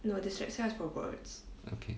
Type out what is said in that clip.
okay